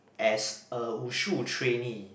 as a Wushu trainee